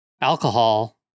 alcohol